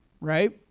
right